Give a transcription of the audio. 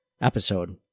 episode